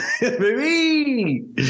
baby